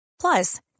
Plus